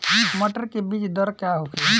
मटर के बीज दर का होखे?